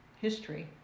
history